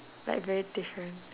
like very different